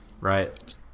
Right